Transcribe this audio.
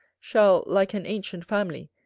shall, like an ancient family,